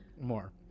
More